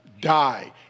die